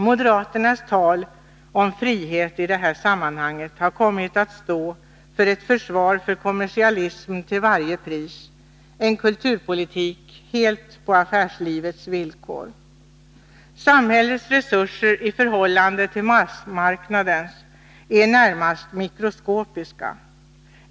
Moderaternas tal om frihet i detta sammanhang har kommit att stå för ett försvar för kommersialism till varje pris, en kulturpolitik helt på affärslivets villkor. Samhällets resurser i förhållande till massmarknadens är närmast mikro 233 skopiska.